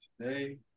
today